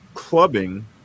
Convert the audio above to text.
clubbing